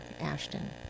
Ashton